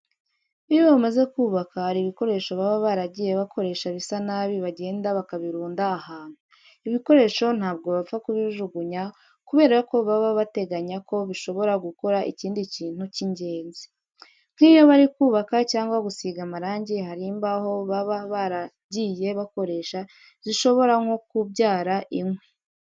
Iyo bamaze kubaka, hari ibikoresho baba baragiye bakoresha bisa nabi bagenda bakabirunda ahantu. Ibi bikoresho ntabwo bapfa kubijugunya kubera ko baba bateganya ko bishobora gukora ikindi kintu cy'ingenzi. Nk'iyo bari kubaka cyangwa gusiga amarangi hari imbaho baba baragiye bakoresha zishobora nko kubyara inkwi.